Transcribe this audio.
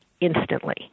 Instantly